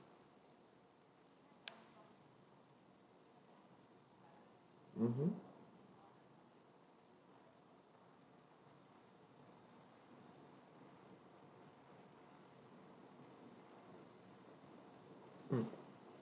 mmhmm mm